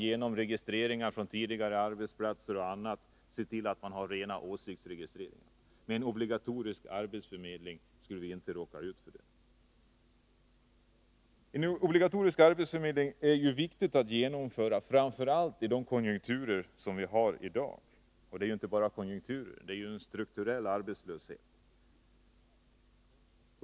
Genom registreringar på tidigare arbetsplatser o. d. ser man till att man har en åsiktsregistrering. Med en obligatorisk arbetsförmedling skulle ingen råka ut för något sådant. Det är viktigt att genomföra en obligatorisk arbetsförmedling framför allt under sådana konjunkturer som vi har i dag. Men de nuvarande förhållandena beror ju inte bara på konjunkturen — vi har ju också en strukturell arbetslöshet.